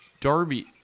Darby –